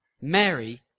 Mary